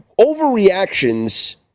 Overreactions